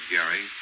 Gary